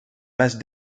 masse